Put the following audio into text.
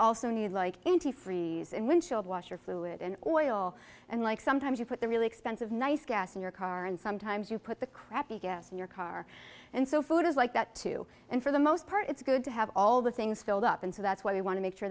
also need like antifreeze and windshield washer fluid and oil and like sometimes you put the really expensive nice gas in your car and sometimes you put the crappy gas in your car and so food is like that too and for the most part it's good to have all the things filled up and so that's why you want to make sure